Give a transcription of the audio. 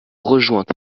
rejointes